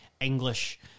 English